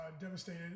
devastated